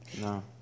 No